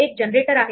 इन्सर्ट0x आहे